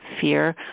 fear